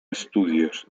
estudios